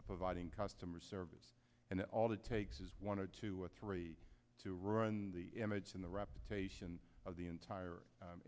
of providing customer service and all that takes is one or two or three to run the image in the reputation of the entire